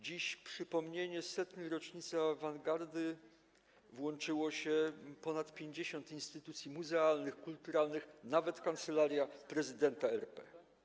Dziś w przypomnienie 100. rocznicy awangardy włączyło się ponad 50 instytucji muzealnych, kulturalnych, nawet Kancelaria Prezydenta RP.